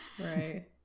Right